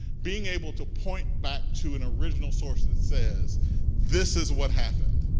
being able to point back to an original source that says this is what happened